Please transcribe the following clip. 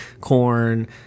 corn